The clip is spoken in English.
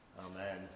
Amen